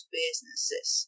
businesses